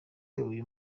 y’uyu